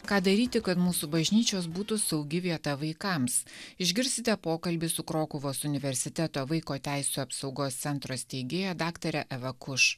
ką daryti kad mūsų bažnyčios būtų saugi vieta vaikams išgirsite pokalbį su krokuvos universiteto vaiko teisių apsaugos centro steigėja daktare eva kuš